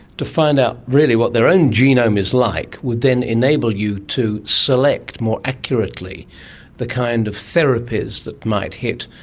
to find out really what their own genome is like would then enable you to select more accurately the kind of therapies that might hit,